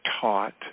taught